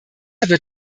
wird